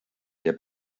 der